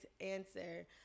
answer